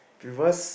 previous